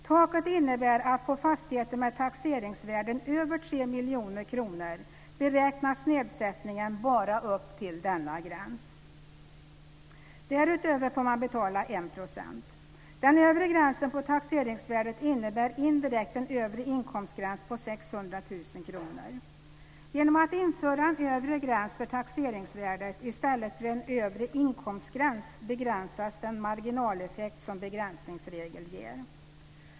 Taket innebär att på fastigheter med taxeringsvärden över 3 miljoner kronor beräknas nedsättningen bara upp till denna gräns. Därutöver får man betala 1 %. Den övre gränsen på taxeringsvärdet innebär indirekt en övre inkomstgräns på 600 000 kr. Genom att man inför en övre gräns för taxeringsvärdet i stället för en övre inkomstgräns begränsas den marginaleffekt som begränsningsregeln ger.